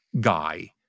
guy